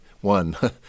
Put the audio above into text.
one